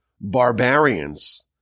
barbarians